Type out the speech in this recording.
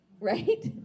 right